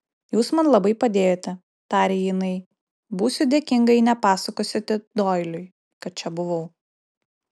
jūs man labai padėjote tarė jinai būsiu dėkinga jei nepasakosite doiliui kad čia buvau